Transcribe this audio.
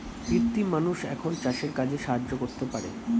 কৃত্রিম মানুষ এখন চাষের কাজে সাহায্য করতে পারে